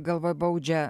galvoj baudžia